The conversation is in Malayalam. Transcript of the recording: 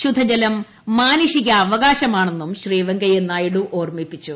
ശുദ്ധജലം മാനുഷികാവകാശമാണെന്നും ശ്രീ വെങ്കയ്യ നായിഡു ഓർമ്മിപ്പിച്ചു